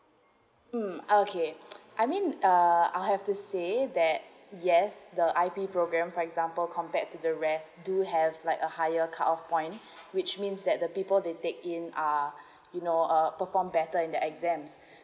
um okay I mean uh I have to say that yes the I_P program for example compared to the rest do have like a higher cut off point which means that the people they take in uh you know err performed better in the exams